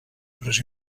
llibres